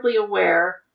aware